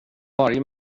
varje